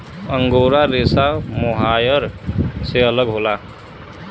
angora रेसा mohair से अलग होला